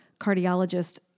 cardiologist